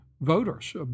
voters